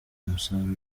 umusaruro